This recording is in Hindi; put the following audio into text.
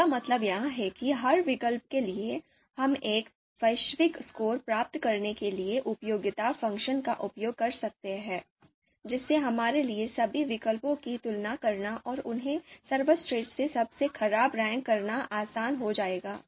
इसका मतलब यह है कि हर विकल्प के लिए हम एक वैश्विक स्कोर प्राप्त करने के लिए उपयोगिता फ़ंक्शन का उपयोग कर सकते हैं जिससे हमारे लिए सभी विकल्पों की तुलना करना और उन्हें सर्वश्रेष्ठ से सबसे खराब रैंक करना आसान हो जाएगा